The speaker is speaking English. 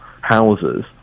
houses